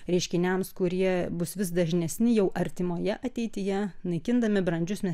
reiškiniams kurie bus vis dažnesni jau artimoje ateityje naikindami brandžius